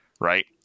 Right